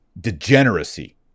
Degeneracy